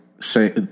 say